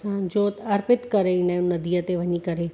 असां जोत अर्पित करे ईंदा आहियूं नंदीअ ते वञी करे